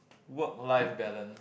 work life balance